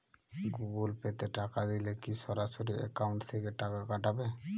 Google Pay তে টাকা দিলে কি সরাসরি অ্যাকাউন্ট থেকে টাকা কাটাবে?